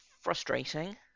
frustrating